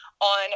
on